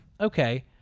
Okay